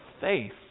faith